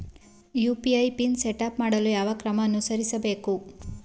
UPI PIN setup ಮಾಡಲು ಯಾವ ಕ್ರಮ ಅನುಸರಿಸಬೇಕು?